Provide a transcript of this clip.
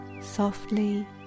softly